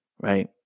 Right